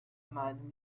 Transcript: man